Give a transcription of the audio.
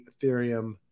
ethereum